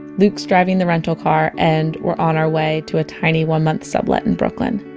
luke's driving the rental car and we're on our way to a tiny one month sublet in brooklyn